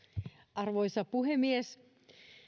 arvoisa puhemies